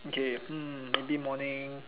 okay hmm maybe morning